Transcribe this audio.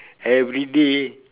everyday